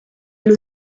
elle